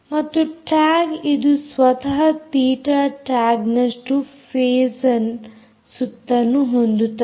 ಮತ್ತು ಟ್ಯಾಗ್ ಇದು ಸ್ವತಃ ತೀಟ ಟ್ಯಾಗ್ನಷ್ಟು ಫೇಸ್ ಸುತ್ತನ್ನು ಹೊಂದುತ್ತದೆ